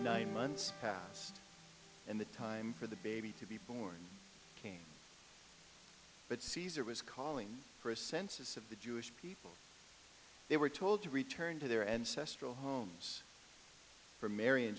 nine months passed in the time for the baby to be born again but caesar was calling for a census of the jewish people they were told to return to their ancestral homes for mar